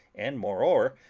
and moreover,